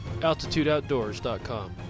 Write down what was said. AltitudeOutdoors.com